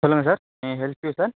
சொல்லுங்கள் sir may I help you sir